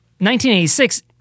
1986